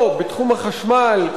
או בתחום החשמל,